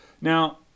Now